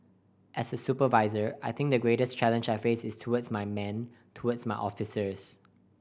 as a supervisor I think the greatest challenge I face is towards my men towards my officers